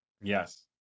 Yes